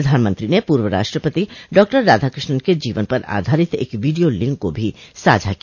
प्रधानमंत्री ने पूर्व राष्ट्रपति डॉराधाकृष्णन के जीवन पर आधारित एक वीडियो लिंक को भी साझा किया